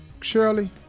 Shirley